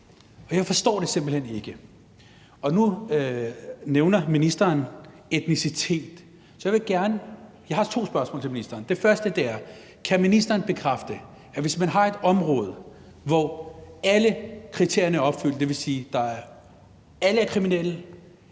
Jeg forstår det simpelt hen ikke. Nu nævner ministeren etnicitet. Jeg har to spørgsmål til ministeren. Det første er: Kan ministeren bekræfte, at hvis man har et område, hvor alle kriterierne er opfyldt – det vil sige, at alle er kriminelle,